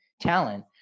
talent